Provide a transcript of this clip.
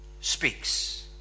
Speaks